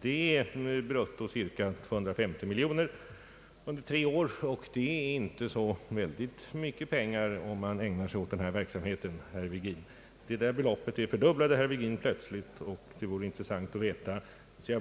Det gäller brutto ca 250 miljoner kronor under tre år, och det är inte så mycket pengar, om man ägnar sig åt denna verksamhet, herr Virgin. Detta belopp fördubblade herr Virgin plötsligt, och det vore intressant att veta